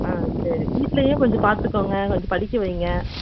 ஆ சரி வீட்லேயும் கொஞ்சம் பாத்துக்கங்க கொஞ்சம் படிக்க வையுங்க